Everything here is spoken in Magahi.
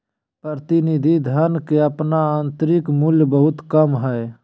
प्रतिनिधि धन के अपन आंतरिक मूल्य बहुत कम हइ